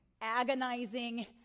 agonizing